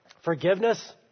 forgiveness